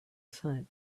sight